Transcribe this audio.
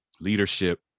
leadership